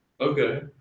Okay